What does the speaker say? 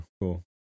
cool